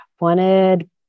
wanted